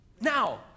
now